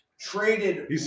traded